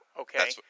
Okay